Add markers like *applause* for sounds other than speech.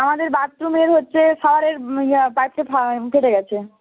আমাদের বাথরুমের হচ্ছে শাওয়ারের *unintelligible* পাইপটা ফেটে গেছে